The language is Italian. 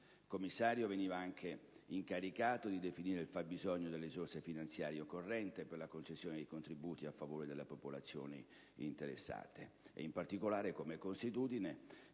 Il commissario veniva anche incaricato di definire il fabbisogno delle risorse finanziarie occorrenti per la concessione di contributi a favore delle popolazioni interessate. In particolare, come ormai